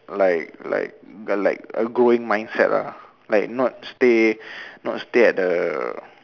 like like like a growing mindset lah like not stay not stay at the